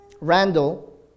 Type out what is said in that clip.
Randall